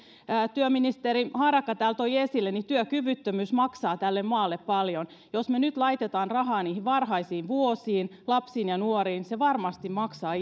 työministeri harakka täällä toi esille työkyvyttömyys maksaa tälle maalle paljon jos me nyt laitamme rahaa niihin varhaisiin vuosiin lapsiin ja nuoriin se varmasti maksaa